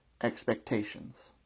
expectations